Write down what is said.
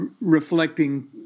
reflecting